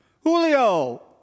Julio